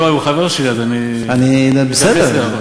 הוא חבר שלי, אז אני מתייחס אליו.